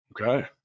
okay